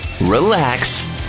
Relax